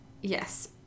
yes